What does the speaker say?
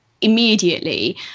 immediately